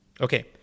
Okay